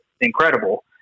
incredible